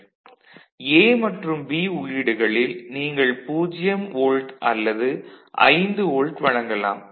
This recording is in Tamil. A மற்றம் B உள்ளீடுகளில் நீங்கள் 0 வோல்ட் அல்லது 5 வோல்ட் வழங்கலாம்